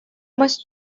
μας